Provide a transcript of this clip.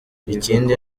ikindi